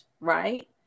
right